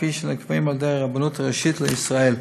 כפי שנקבעים על ידי הרבנות הראשית לישראל.